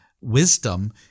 wisdom